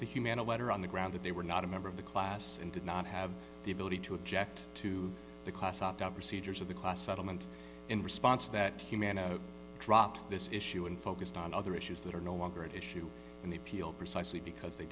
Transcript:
the humana letter on the ground that they were not a member of the class and did not have the ability to object to the class opt out procedures of the class settlement in response that humana dropped this issue and focused on other issues that are no longer at issue in the appeal precisely because they